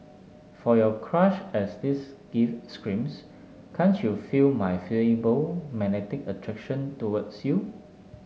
for your crush as this gift screams can't you feel my feeble magnetic attraction towards you